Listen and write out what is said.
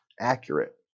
accurate